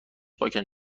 پاکن